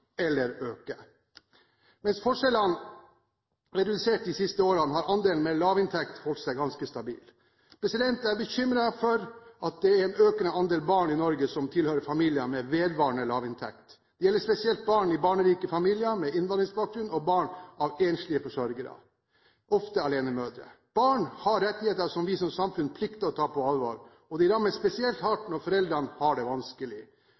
eller øker. Mens forskjellene er redusert de siste årene, har andelen med lavinntekt holdt seg ganske stabil. Jeg er bekymret for at det er en økende andel barn i Norge som tilhører familier med vedvarende lavinntekt. Dette gjelder spesielt barn i barnerike familier med innvandrerbakgrunn og barn av enslige forsørgere, ofte alenemødre. Barn har rettigheter som vi som samfunn plikter å ta på alvor, og de rammes spesielt hardt når foreldrene har det vanskelig.